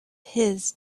his